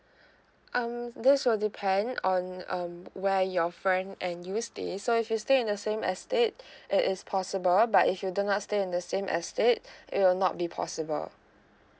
um this will depend on um where your friend and you stay so if you stay in the same estate it is possible but if you do not stay in the same estate it will not be possible